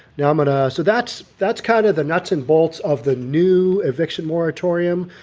now i'm gonna so that's that's kind of the nuts and bolts of the new eviction moratorium.